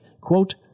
quote